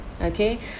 okay